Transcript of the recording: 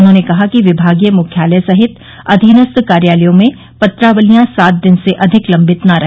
उन्होंने कहा कि विभागीय मुख्यालय सहित अधीनस्थ कार्यालयों में पत्रावलियां सात दिन से अधिक लश्बित न रहे